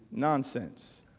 nonsense.